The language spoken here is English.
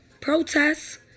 protests